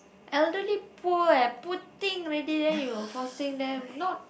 elderly poor eh poor thing already then you forcing them not